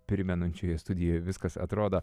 primenančioje studijoje viskas atrodo